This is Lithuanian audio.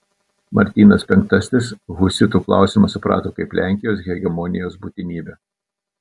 martynas penktasis husitų klausimą suprato kaip lenkijos hegemonijos būtinybę